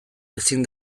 ezin